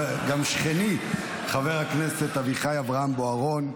גם שכני, חבר הכנסת אביחי אברהם בוארון.